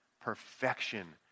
perfection